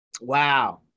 Wow